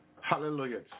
Hallelujah